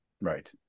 Right